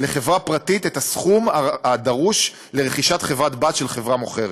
לחברה פרטית את הסכום הדרוש לרכישת חברת בת של חברה מוכרת.